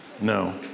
No